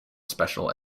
special